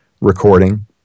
recording